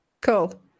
cool